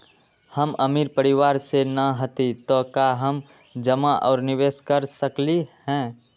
हम अमीर परिवार से न हती त का हम जमा और निवेस कर सकली ह?